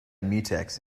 mutex